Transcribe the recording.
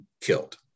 killed